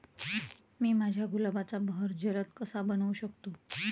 मी माझ्या गुलाबाचा बहर जलद कसा बनवू शकतो?